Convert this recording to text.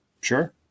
Sure